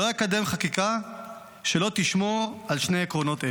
לא אקדם חקיקה שלא תשמור על שני עקרונות אלו.